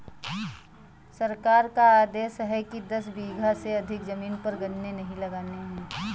सरकार का आदेश है कि दस बीघा से अधिक जमीन पर गन्ने नही लगाने हैं